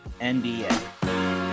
NBA